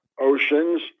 oceans